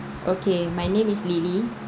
okay my name is lili